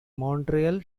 montreal